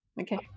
okay